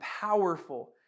powerful